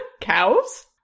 Cows